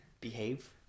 behave